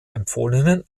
empfohlenen